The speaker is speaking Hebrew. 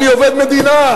אני עובד המדינה,